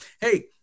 hey